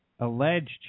alleged